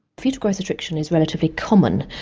foetal growth restriction is relatively common.